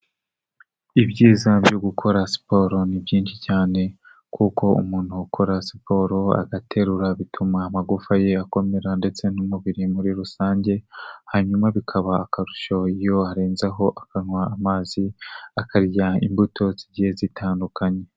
Ibyiza byo gukora siporo ni byinshi cyane, kuko umuntu ukora siporo agaterura bituma amagufa ye akomera ndetse n'umubiri muri rusange, hanyuma bikaba akarusho iyorenzaho akanywa amazi, akarya imbuto zigiye zitandukanye.